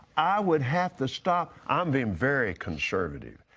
i would have to stop. i'm being very conservative,